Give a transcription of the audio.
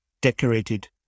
decorated